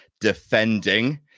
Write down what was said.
defending